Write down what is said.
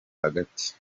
hagati